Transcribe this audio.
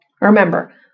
Remember